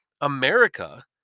America